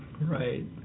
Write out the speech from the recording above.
Right